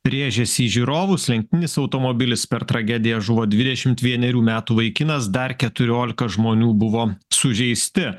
rėžėsi į žiūrovus lenktyninis automobilis per tragediją žuvo dvidešimt vienerių metų vaikinas dar keturiolika žmonių buvo sužeisti